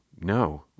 no